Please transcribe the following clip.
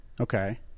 Okay